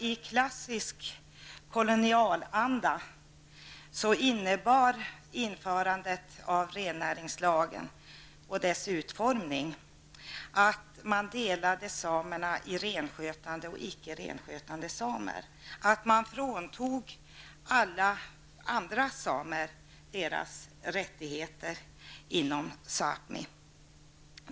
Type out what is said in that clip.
I klassisk kolonialanda innebar införandet av rennäringslagen och den utformning denna fick att man delade samerna i renskötande och icke renskötande samer; man fråntog alla andra samer deras rättigheter.